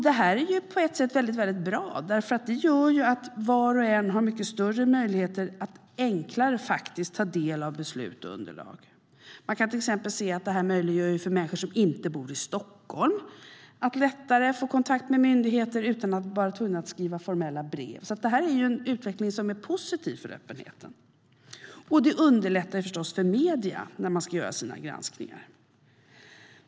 Det här är på ett sätt väldigt bra, för det gör att var och en har mycket större möjligheter att enklare ta del av beslut och underlag. Det möjliggör till exempel för människor som inte bor i Stockholm att lättare få kontakt med myndigheter utan att vara tvungen att skriva formella brev. Detta är en utveckling som är positiv för öppenheten. Och det underlättar förstås för medierna när de ska göra sina granskningar.